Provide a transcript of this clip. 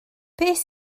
beth